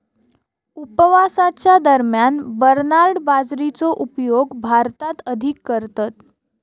उपवासाच्या दरम्यान बरनार्ड बाजरीचो उपयोग भारतात अधिक करतत